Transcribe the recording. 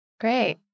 Great